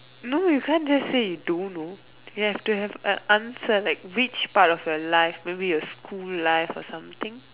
no you can't just say you don't know you have to have an answer like which part of your life maybe your school life or something